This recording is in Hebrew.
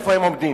איפה הם עומדים,